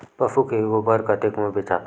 पशु के गोबर कतेक म बेचाथे?